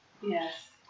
Yes